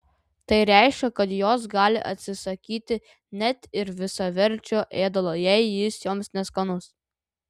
tai reiškia kad jos gali atsisakyti net ir visaverčio ėdalo jei jis joms neskanus